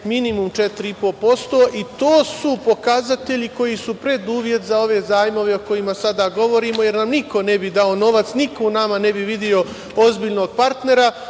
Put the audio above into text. minimum 4,5% i to su pokazatelji koji su preduslov za ove zajmove o kojima sada govorimo, jer nam niko ne bi dao novac, niko u nama ne bi video ozbiljnog parntera,